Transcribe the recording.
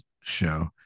show